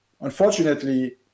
Unfortunately